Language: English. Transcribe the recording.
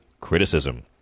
criticism